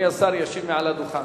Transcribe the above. השר ישיב מעל הדוכן.